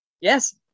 Yes